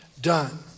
done